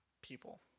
people